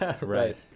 Right